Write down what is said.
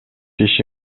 иши